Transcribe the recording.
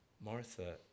Martha